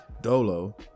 dolo